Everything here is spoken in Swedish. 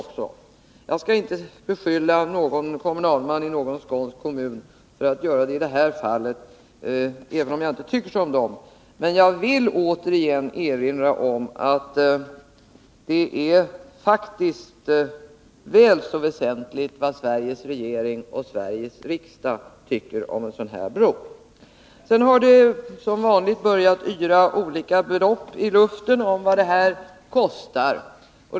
Jag skall inte beskylla någon kommunalman i någon skånsk kommun för att göra det i detta fall, även om jag inte tycker som de. Men jag vill återigen erinra om att det faktiskt är väl så väsentligt vad Sveriges regering och Sveriges riksdag tycker om en sådan här bro. Sedan har det som vanligt börjat yra olika uppgifter i luften om vad bron skulle kosta.